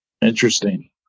Interesting